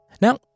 Now